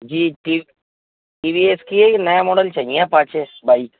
جی T T V S کی یہ ایک نیا ماڈل چاہیے اپاچے بائک